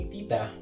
Tita